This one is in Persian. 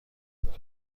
خوب